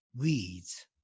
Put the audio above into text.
weeds